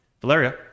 Valeria